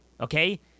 okay